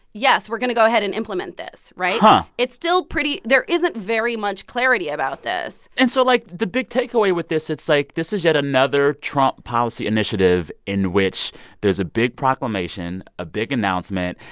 yes, we're going to go ahead and implement this, right? huh it's still pretty there isn't very much clarity about this and so, like, the big takeaway with this, it's like this is yet another trump policy initiative in which there's a big proclamation, a big announcement.